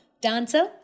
dancer